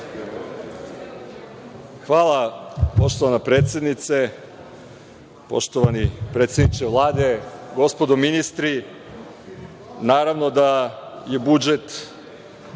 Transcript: Hvala, poštovana predsednice. Poštovani predsedniče Vlade, gospodo ministri, naravno da je budžet